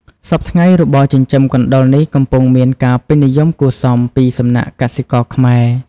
សព្វថ្ងៃរបរចិញ្ចឹមកណ្តុរនេះកំពុងមានការពេញនិយមគួរសមពីសំណាក់កសិករខ្មែរ។